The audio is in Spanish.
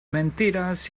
mentiras